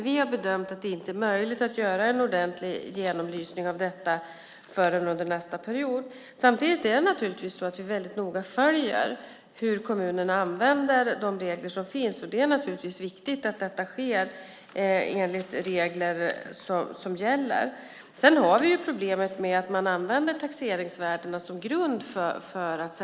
Vi har bedömt att det inte är möjligt att göra en ordentlig genomlysning av detta förrän under nästa period. Samtidigt följer vi noga hur kommunerna använder de regler som finns. Det är naturligtvis viktigt att detta sker enligt regler som gäller. Vi har problemet med att man använder taxeringsvärdena som grund.